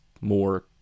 more